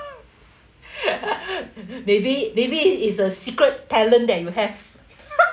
maybe maybe it's a secret talent that you have